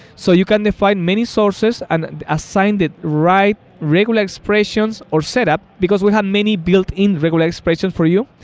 so you can define many sources and assign it, write regular expressions or set up, because we have many built in regular expression for you.